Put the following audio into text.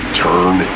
turn